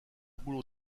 rouleau